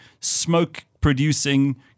smoke-producing